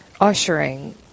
ushering